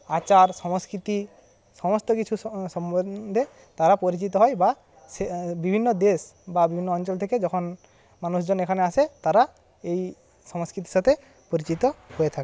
আচার সংস্কৃতি সমস্ত কিছুর সম্বন্ধে তারা পরিচিত হয় বা সে বিভিন্ন দেশ বা বিভিন্ন অঞ্চল থেকে যখন মানুষজন এখানে আসে তারা এই সংস্কৃতির সাথে পরিচিত হয়ে থাকে